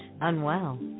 unwell